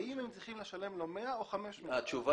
האם הם צריכים לשלם לו 100 אלף או 500 אלף?